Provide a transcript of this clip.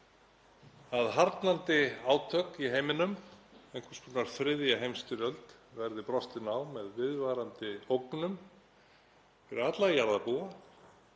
þó: Harðnandi átök í heiminum, að einhvers konar þriðja heimsstyrjöld verði brostin á með viðvarandi ógnum fyrir alla jarðarbúa,